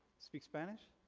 speak spanish?